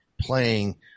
playing